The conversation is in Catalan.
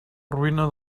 ruïna